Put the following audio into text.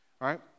right